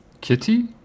kitty